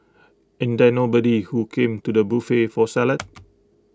ain't there nobody who came to the buffet for salad